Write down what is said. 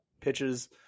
pitches